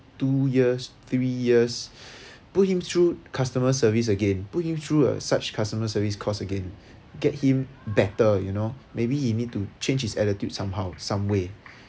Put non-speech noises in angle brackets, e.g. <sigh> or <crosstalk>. two years three years <breath> put him through customer service again put him through such customer service course again get him better you know maybe he need to change his attitude somehow some way <breath>